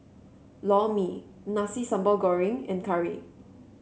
Lor Mee Nasi Sambal Goreng and curry